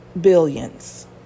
Billions